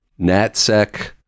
NATSEC